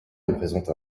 représente